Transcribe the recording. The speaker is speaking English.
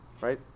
Right